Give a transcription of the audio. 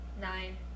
Nine